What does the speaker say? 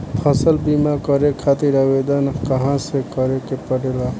फसल बीमा करे खातिर आवेदन कहाँसे करे के पड़ेला?